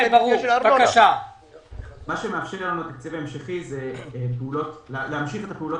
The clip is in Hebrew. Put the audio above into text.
מה שמאפשר לנו את התקציב ההמשכי זה להמשיך את הפעולות